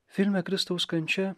filme kristaus kančia